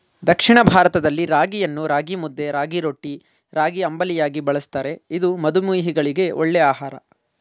ದಕ್ಷಿಣ ಭಾರತದಲ್ಲಿ ರಾಗಿಯನ್ನು ರಾಗಿಮುದ್ದೆ, ರಾಗಿರೊಟ್ಟಿ, ರಾಗಿಅಂಬಲಿಯಾಗಿ ಬಳ್ಸತ್ತರೆ ಇದು ಮಧುಮೇಹಿಗಳಿಗೆ ಒಳ್ಳೆ ಆಹಾರ